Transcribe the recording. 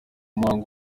muhango